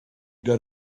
that